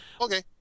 Okay